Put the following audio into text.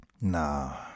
nah